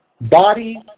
Body